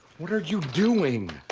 what are you doing?